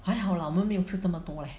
还好啦我们没有吃这么多 leh